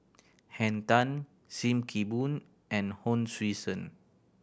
Henn Tan Sim Kee Boon and Hon Sui Sen